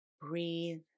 Breathe